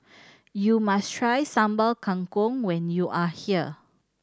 you must try Sambal Kangkong when you are here